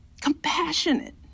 Compassionate